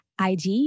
IG